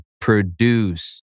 produce